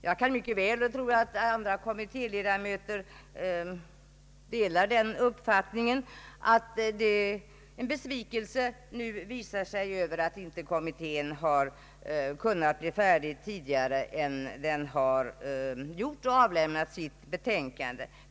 Jag kan mycket väl förstå liksom andra kommittéledamöter att besvikelsen på sina håll är stor över att kommittén inte kunnat bli färdig tidigare än som blivit fallet.